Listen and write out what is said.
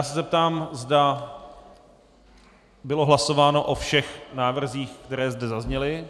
Zeptám se, zda bylo hlasováno o všech návrzích, které zde zazněly.